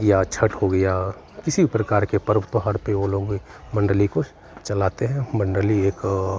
या छठ हो गया किसी भी प्रकार के पर्व पे वो लोग मण्डली को चलाते हैं मण्डली एक